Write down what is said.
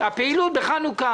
הפעילות בחנוכה.